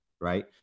right